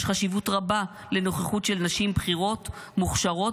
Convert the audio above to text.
יש חשיבות רבה לנוכחות של נשים בכירות מוכשרות